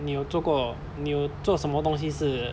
你有做过你有做什么东西是